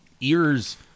ears